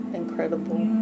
incredible